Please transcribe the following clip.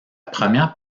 première